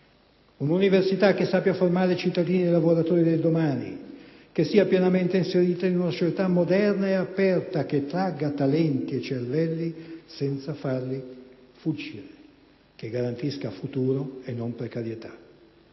Un'università che sappia formare i cittadini e i lavoratori del domani, che sia pienamente inserita in una società moderna e aperta, che tragga talenti e cervelli, senza farli fuggire, che garantisca futuro e non precarietà.